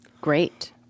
Great